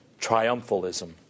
triumphalism